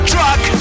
Truck